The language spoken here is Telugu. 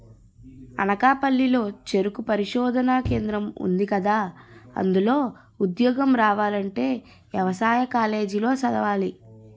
అనకాపల్లి లో చెరుకు పరిశోధనా కేంద్రం ఉందికదా, అందులో ఉద్యోగం రావాలంటే యవసాయ కాలేజీ లో చదవాలి